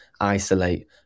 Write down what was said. isolate